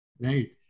right